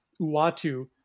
uatu